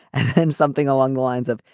and something along the lines of.